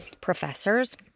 professors